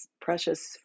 precious